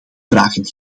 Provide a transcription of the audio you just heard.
vragen